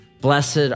Blessed